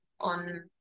on